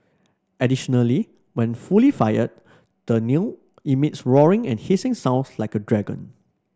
additionally when fully fired the kiln emits roaring and hissing sound like a dragon